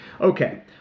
Okay